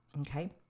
Okay